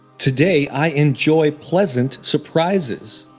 today, i enjoy pleasant surprises.